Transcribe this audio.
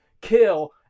kill